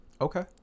Okay